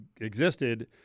existed